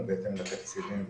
כשיש מגבלות תקציביות,